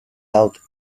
out